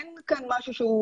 אין כאן משהו שהוא